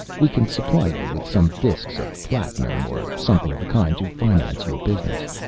we can supply you with some discs of platinum or something of the kind to finance your business.